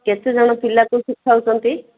କେତେ ଜଣ ପିଲାଙ୍କୁ ଶିଖାଉଛନ୍ତି